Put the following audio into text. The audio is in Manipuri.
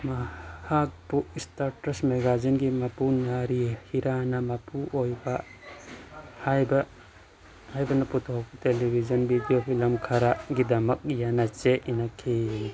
ꯃꯍꯥꯛꯄꯨ ꯏꯁꯇꯥꯔ ꯇ꯭ꯔꯁ ꯃꯦꯒꯥꯖꯤꯟꯒꯤ ꯃꯄꯨ ꯅꯥꯔꯤ ꯍꯤꯔꯥꯟꯅ ꯃꯄꯨ ꯑꯣꯏꯕ ꯍꯥꯏꯕ ꯍꯥꯏꯕꯅ ꯄꯨꯊꯣꯛ ꯇꯦꯂꯤꯕꯤꯖꯟ ꯕꯤꯗꯤꯑꯣ ꯐꯤꯂꯝ ꯈꯔꯒꯤꯗꯃꯛ ꯌꯥꯅ ꯆꯦ ꯏꯅꯈꯤ